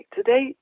Today